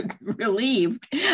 relieved